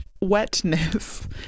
wetness